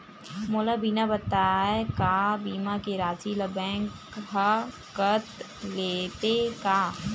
मोला बिना बताय का बीमा के राशि ला बैंक हा कत लेते का?